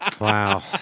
Wow